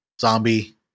zombie